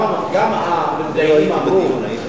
גם המתדיינים אמרו,